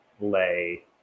lay